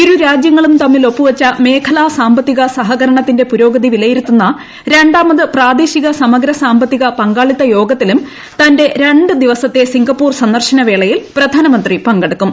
ഇരുരാജ്യങ്ങളും തമ്മിൽ ഒപ്പുവച്ച മേഖലാ സാമ്പത്തിക സഹകരണത്തിന്റെ പുരോഗതി വിലയിരുത്തുന്ന രണ്ടാമത് പ്രാദേശിക സമഗ്ര സാമ്പത്തിക പങ്കാളിത്ത യോഗത്തിലും തന്റെ രണ്ടാം ദിവസത്തെ സിംഗപ്പൂർ സന്ദർശന വേളയിൽ പ്രധാനമന്ത്രി പങ്കെടുക്കും